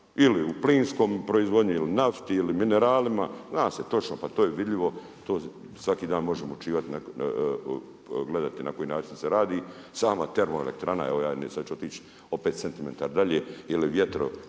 ili u plinskoj proizvodnji ili nafti ili mineralima, zna se točno pa to je vidljivo to svaki dan možemo gledati na koji način se radi. Sama termoelektrana evo sada ću ja otić opet centimetar dalje ili